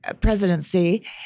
presidency